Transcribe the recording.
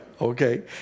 okay